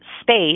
space